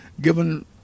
given